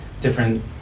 different